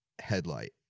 headlight